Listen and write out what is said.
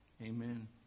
Amen